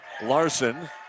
Larson